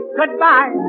goodbye